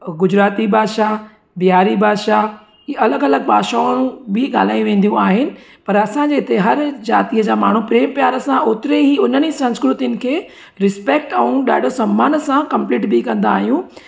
गुजराती भाषा बिहारी भाषा ई अलॻि अलॻि भाषाऊनि बि ॻाल्हाई वेंदियूं आहिनि पर असांजे हिते हर जातीअ जा माण्हू प्रेम प्यार सां ओतिरे ही हुननि ही संस्कृतिनि खे रिस्पैक्ट ऐं ॾाढो संमान सां कंप्लीट बि कंदा आहियूं